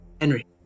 Henry